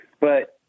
But-